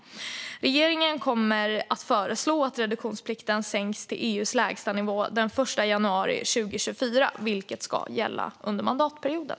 Regeringen kommer att föreslå att reduktionsplikten sänks till EU:s lägstanivå den 1 januari 2024, vilket ska gälla under mandatperioden.